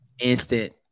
instant